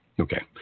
Okay